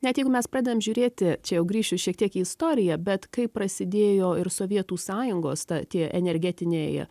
net jeigu mes pradedam žiūrėti čia jau grįšiu šiek tiek į istoriją bet kaip prasidėjo ir sovietų sąjungos ta tie energetiniai